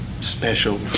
special